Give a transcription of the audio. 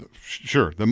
Sure